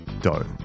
dough